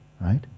right